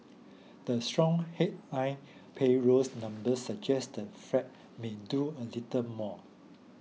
the strong headline payrolls numbers suggest the Fed may do a little more